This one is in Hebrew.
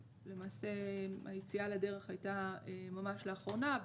היציאה לדרך הייתה ממש לאחרונה,